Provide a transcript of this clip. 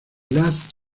last